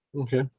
Okay